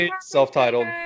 self-titled